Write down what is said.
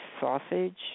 sausage